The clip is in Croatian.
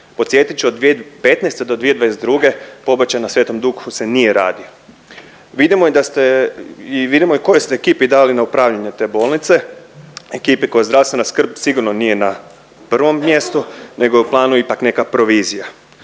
Podsjetit ću od 2015. do 2022. pobačaj na Svetom Duhu se nije radio. Vidimo i da ste, i vidimo i kojoj ste ekipi dali na upravljanje te bolnice, ekipi kojoj zdravstvena skrb sigurno nije na prvom mjestu nego je u planu ipak neka provizija